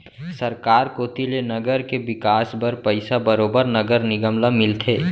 सरकार कोती ले नगर के बिकास बर पइसा बरोबर नगर निगम ल मिलथे